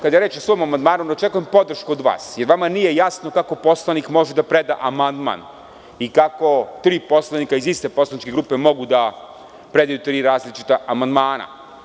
Kada je reč o mom amandmanu, ja ne očekujem podršku od vas, jer vama nije jasno kako poslanik može da preda amandman i kako tri poslanika iz iste poslaničke grupe mogu da predaju tri različita amandmana.